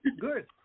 good